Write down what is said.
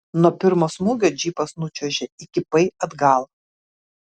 nuo pirmo smūgio džipas nučiuožė įkypai atgal